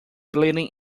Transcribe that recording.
blending